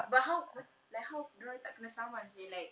but how like how dia orang tak kena saman seh like